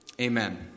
Amen